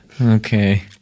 Okay